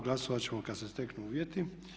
Glasovati ćemo kada se steknu uvjeti.